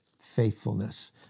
faithfulness